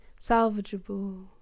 salvageable